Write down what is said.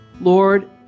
Lord